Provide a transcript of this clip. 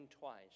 twice